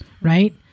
right